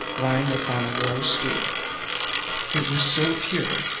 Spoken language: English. lying upon a low stool it was so pure,